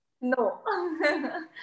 No